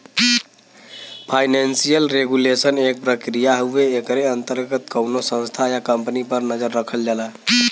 financial regulation एक प्रक्रिया हउवे एकरे अंतर्गत कउनो संस्था या कम्पनी पर नजर रखल जाला